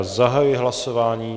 Zahajuji hlasování.